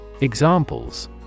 Examples